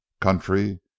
country